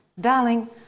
darling